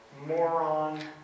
moron